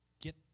get